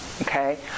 Okay